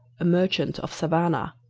a merchant of savannah,